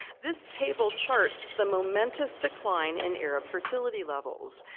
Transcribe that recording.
this table charts the momentous decline in arab fertility levels.